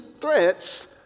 threats